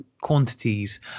quantities